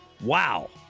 Wow